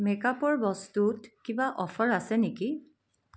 মেকআপৰ বস্তুত কিবা অফাৰ আছে নেকি